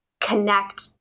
connect